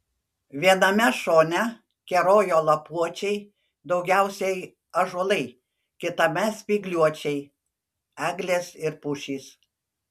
viename šone kerojo lapuočiai daugiausiai ąžuolai kitame spygliuočiai eglės ir pušys